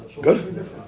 Good